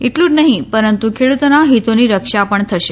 એટલું જ નહીં પરંતુ ખેડૂતોના હિતોની રક્ષા પણ થશે